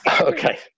Okay